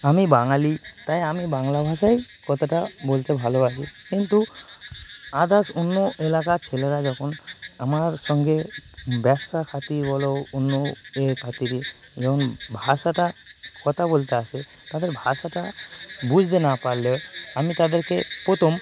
আমি বাঙালি তাই আমি বাংলা ভাষায় কতাটা বলতে ভালোবাসি কিন্তু আদার্স অন্য এলাকার ছেলেরা যখন আমার সঙ্গে ব্যবসা খাতির বলো অন্য এ খাতিরে যেমন ভাষাটা কথা বলতে আসে তাদের ভাষাটা বুঝতে না পারলে আমি তাদেরকে প্রথম